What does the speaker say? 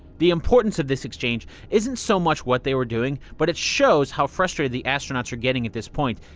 the importance of this exchange isn't so much what they were doing, but it shows how frustrated the astronauts are getting at this point.